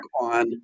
on